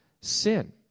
sin